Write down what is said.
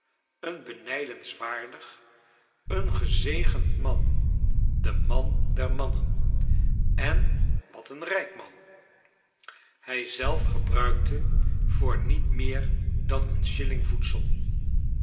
een benijdenswaardig een gezegend man de man der mannen en wat een rijk man hij zelf gebruikte voor niet meer dan een shilling voedsel